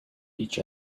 each